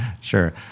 Sure